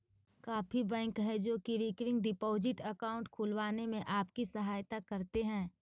काफी बैंक हैं जो की रिकरिंग डिपॉजिट अकाउंट खुलवाने में आपकी सहायता करते हैं